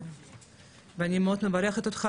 ואני מאוד מברכת אותך,